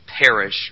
perish